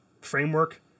framework